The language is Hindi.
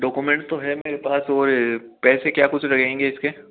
डॉक्यूमेंट तो है मेरे पास और पैसे क्या कुछ लगेंगे इसके